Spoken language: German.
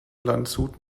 landshut